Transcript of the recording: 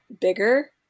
bigger